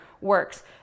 works